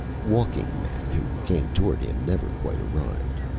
walking men who came toward him never quite arrived.